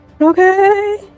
Okay